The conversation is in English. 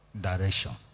direction